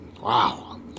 wow